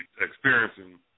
experiencing